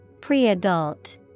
Pre-adult